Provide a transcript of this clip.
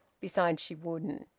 besides, she wouldn't.